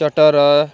ଚଟର